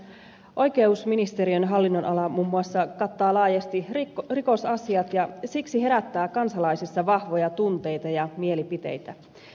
oikeusministeriön hallinnonala muun muassa kattaa laajasti rikosasiat ja siksi herättää kansalaisissa vahvoja tunteita ja mielipiteitä